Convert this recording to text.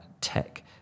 tech